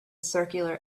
circular